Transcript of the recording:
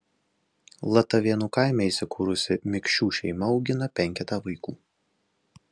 latavėnų kaime įsikūrusi mikšių šeima augina penketą vaikų